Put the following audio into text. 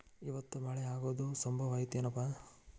ಇವತ್ತ ಮಳೆ ಆಗು ಸಂಭವ ಐತಿ ಏನಪಾ?